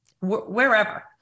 wherever